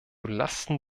lasten